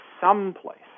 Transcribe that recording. someplace